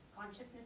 consciousness